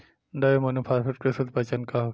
डाई ammonium phosphate के शुद्ध पहचान का होखे?